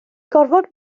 gorfod